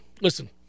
listen